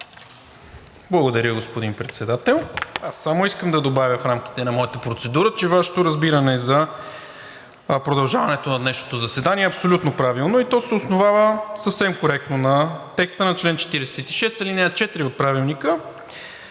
Благодаря, господин Председател. Само искам да добавя в рамките на моята процедура, че Вашето разбиране за продължаването на днешното заседание е абсолютно правилно и то се основава съвсем коректно на текста на чл. 46, ал. 4 от Правилника,